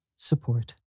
Support